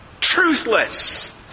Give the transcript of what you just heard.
Truthless